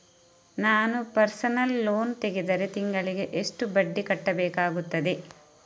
ನಾನು personal loan ತೆಗೆದರೆ ತಿಂಗಳಿಗೆ ಎಷ್ಟು ಬಡ್ಡಿ ಕಟ್ಟಬೇಕಾಗುತ್ತದೆ?